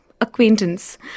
acquaintance